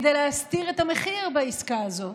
כדי להסתיר את המחיר בעסקה הזאת.